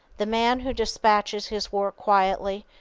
the man who dispatches his work quietly,